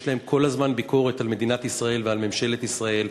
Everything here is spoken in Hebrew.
להם כל הזמן ביקורת על מדינת ישראל ועל ממשלת ישראל,